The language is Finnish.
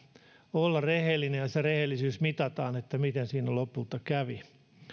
olla rehellinen ja se rehellisyys mitataan siinä miten siinä lopulta kävi